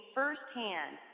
firsthand